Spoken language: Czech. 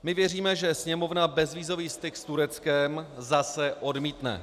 My věříme, že Sněmovna bezvízový styk s Tureckem zase odmítne.